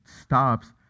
stops